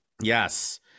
yes